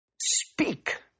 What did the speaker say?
speak